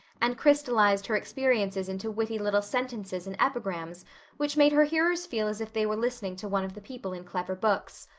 and crystalized her experiences into witty little sentences and epigrams which made her hearers feel as if they were listening to one of the people in clever books.